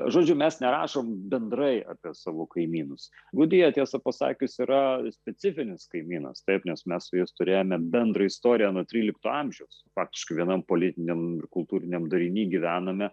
žodžiu mes nerašom bendrai apie savo kaimynus gudija tiesą pasakius yra specifinis kaimynas taip nes mes su jais turėjome bendrą istoriją nuo trylikto amžiaus faktiškai vienam politiniam kultūriniam dariny gyvenome